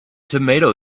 tomato